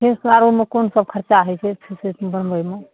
face आरोमे कोन सब खर्चा होइ छै फेस बनबयमे